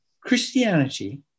Christianity